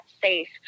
safe